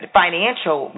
financial